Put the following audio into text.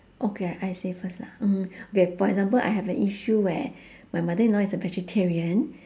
okay I I say first lah mmhmm okay for example I have an issue where my mother in law is a vegetarian